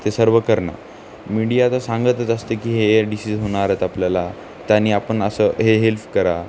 ते सर्व करणं मीडिया तर सांगतच असते की हे हे डिसिस होणार आहेत आपल्याला त्यानी आपण असं हे हेल्प करा